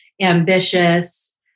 ambitious